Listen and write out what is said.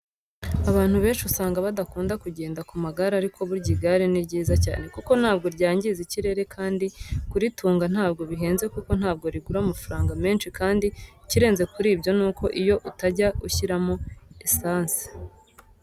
Abantu benshi usanga badakunda kugenda ku magare ariko burya igare ni ryiza cyane kuko ntabwo ryangiza ikirere kandi kuritunga ntabwo bihenze kuko ntabwo rigura amafaranga menshi kandi ikirenze kuri ibyo ni uko iyo utajya ushyiramo esanse.